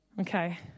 Okay